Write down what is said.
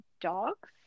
dogs